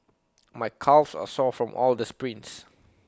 my calves are sore from all the sprints